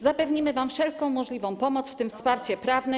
Zapewnimy wam wszelką możliwą pomoc, w tym wsparcie prawne.